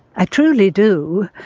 i truly do.